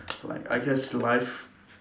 like I guess life